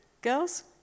Girls